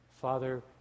Father